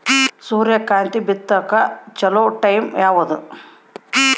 ಸೂರ್ಯಕಾಂತಿ ಬಿತ್ತಕ ಚೋಲೊ ಟೈಂ ಯಾವುದು?